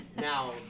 now